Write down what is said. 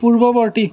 পূৰ্ৱবৰ্তী